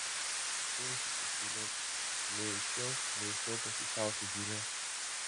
imsiu čia spėlioti nei iš šio nei iš to pasišiaušė zylė